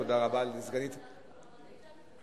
תודה רבה לסגנית השר,